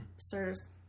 sirs